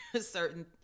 certain